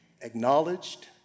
acknowledged